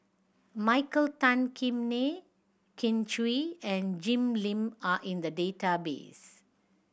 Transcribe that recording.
Michael Tan Kim Nei Kin Chui and Jim Lim are in the database